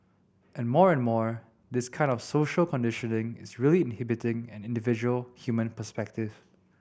and more and more this kind of social conditioning is really inhibiting an individual human perspective